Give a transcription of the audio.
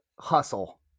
Hustle